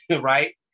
right